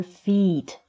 feet